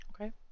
Okay